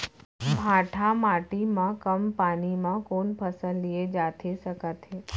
भांठा माटी मा कम पानी मा कौन फसल लिए जाथे सकत हे?